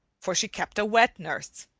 for she kept a wet nurse.